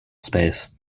space